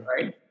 right